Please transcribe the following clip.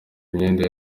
imyenda